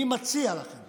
אני מציע לכם